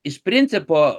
iš principo